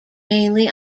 mainly